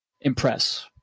impress